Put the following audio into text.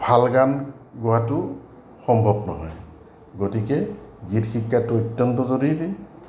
ভাল গান গোৱাটো সম্ভৱ নহয় গতিকে গীত শিকাটো অত্যন্ত জৰুৰী